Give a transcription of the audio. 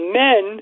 men